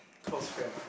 close friend ah